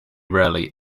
rarely